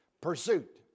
Pursuit